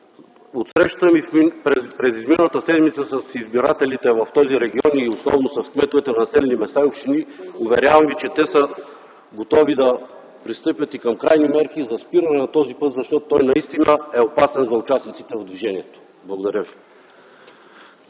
От срещата ми през изминалата седмица с избирателите в този регион и особено с кметовете на населени места и общини, уверявам ви, че те са готови да пристъпят и към крайни мерки за спиране на този път, защото той наистина е опасен за участниците в движението. Благодаря ви.